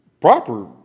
proper